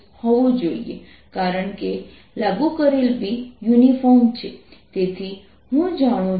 અને જો હું આને વોલ્યુમ પ્રવાહ ઘનતા તરીકે વ્યક્ત કરું છું તો j k δr R હશે